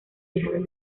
dejaron